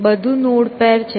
બધું node pair છે